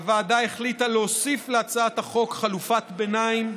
הוועדה החליטה להוסיף להצעת החוק חלופת ביניים,